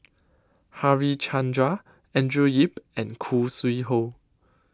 Harichandra Andrew Yip and Khoo Sui Hoe